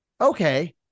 okay